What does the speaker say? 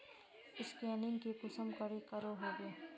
Scanning पे कुंसम करे करो होबे?